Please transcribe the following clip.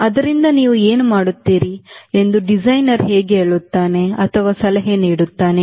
ಆದ್ದರಿಂದ ನೀವು ಏನು ಮಾಡುತ್ತೀರಿ ಎಂದು ಡಿಸೈನರ್ ಹೇಗೆ ಹೇಳುತ್ತಾನೆ ಅಥವಾ ಸಲಹೆ ನೀಡುತ್ತಾನೆ